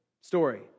story